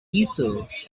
easels